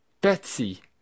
Betsy